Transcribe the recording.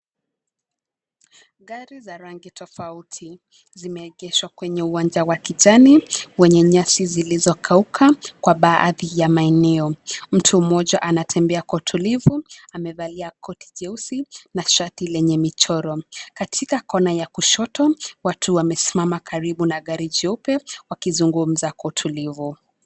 Gari za rangi tofauti zimeegeshwa kwenye uwanja wa kijani wenye nyasi zilizokauka kwa baadhi ya maeneo. Mtu mmoja anatembea kwa utulivu, amevalia koti jeusi na shati lenye michoro. Katika kona ya kushoto watu wamesimama karibu na gari jeupe wakizungumza kwa utulivu.